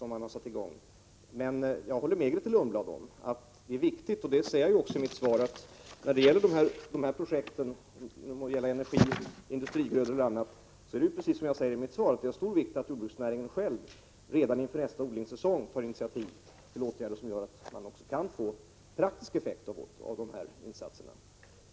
Men jag håller med Grethe Lundblad om att det är viktigt — och det säger jag också i mitt svar — när det gäller projekten energigrödor och annat, att jordbruksnäringen själv redan inför nästa odlingssäsong tar initiativ till sådana åtgärder att man kan få praktisk effekt av insatserna.